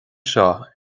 seo